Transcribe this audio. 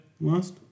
last